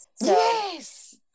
Yes